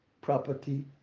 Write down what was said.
property